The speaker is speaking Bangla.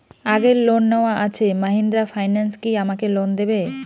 আগের লোন নেওয়া আছে মাহিন্দ্রা ফাইন্যান্স কি আমাকে লোন দেবে?